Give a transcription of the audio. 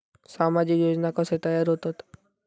सामाजिक योजना कसे तयार होतत?